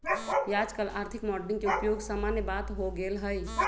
याजकाल आर्थिक मॉडलिंग के उपयोग सामान्य बात हो गेल हइ